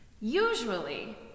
Usually